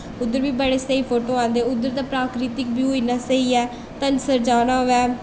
उद्धर बी बड़े स्हेई फोटो औंदे उद्धर दे बड़े स्हेई फोटो औंदे ढंसर जाना होऐ